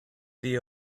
the